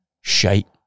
shite